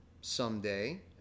someday